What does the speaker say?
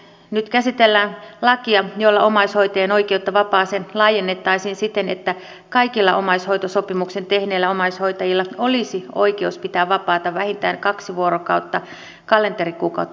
nyt käsitellään lakia jolla omaishoitajien oikeutta vapaaseen laajennettaisiin siten että kaikilla omaishoitosopimuksen tehneillä omaishoitajilla olisi oikeus pitää vapaata vähintään kaksi vuorokautta kalenterikuukautta kohti